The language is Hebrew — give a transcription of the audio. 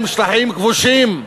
הם שטחים כבושים,